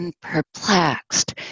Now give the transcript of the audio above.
perplexed